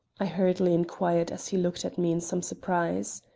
i hurriedly inquired as he looked at me in some surprise.